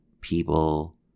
people